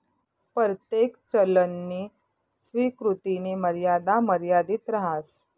परतेक चलननी स्वीकृतीनी मर्यादा मर्यादित रहास